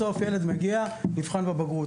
בסוף ילד מגיע, נבחן בבגרות.